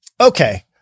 Okay